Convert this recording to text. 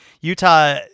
Utah